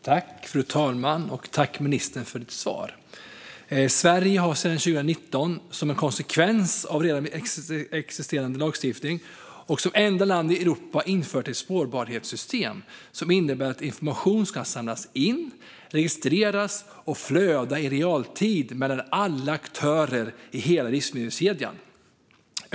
Fru talman! Tack för ditt svar, ministern! Sverige har sedan 2019, som en konsekvens av redan existerande lagstiftning och som enda land i Europa, infört ett spårbarhetssystem som innebär att information ska samlas in, registreras och flöda i realtid mellan alla aktörer i hela livsmedelskedjan.